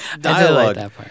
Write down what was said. dialogue